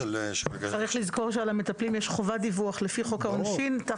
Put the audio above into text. צריך לזכור שעל המטפלים יש חובת דיווח לפי חוק העונשין.